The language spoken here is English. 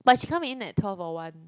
but she come in at twelve or one